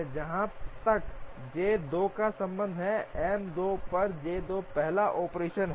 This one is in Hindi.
जहां तक J 2 का संबंध है M 2 पर J 2 पहला ऑपरेशन है